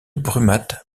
brumath